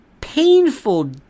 painful